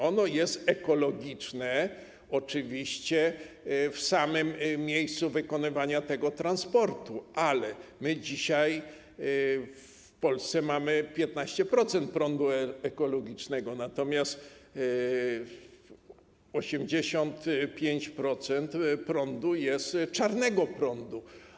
Ono takie jest, oczywiście, w samym miejscu wykonywania transportu, ale my dzisiaj w Polsce mamy 15% prądu ekologicznego, natomiast 85% prądu to jest czarny prąd.